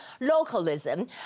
Localism